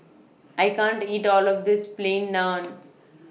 I can't eat All of This Plain Naan